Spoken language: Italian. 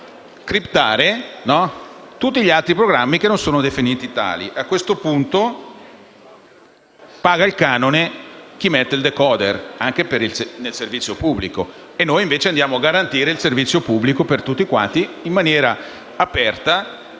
andiamo a criptare tutti gli altri programmi che non sono definiti tali. A questo punto, paga il canone chi mette il *decoder*, anche nel servizio pubblico, e noi invece andiamo a garantire il servizio pubblico per tutti, in maniera aperta